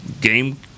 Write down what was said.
game